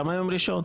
למה יום ראשון?